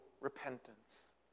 repentance